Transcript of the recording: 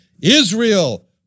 Israel